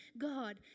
God